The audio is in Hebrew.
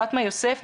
פאטמה יוסף,